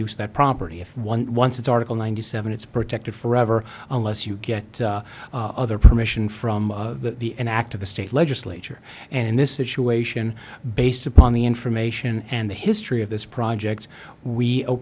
use that property if one wants it's article ninety seven it's protected forever unless you get other permission from the an act of the state legislature and this situation based upon the information and the history of this project we